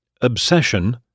Obsession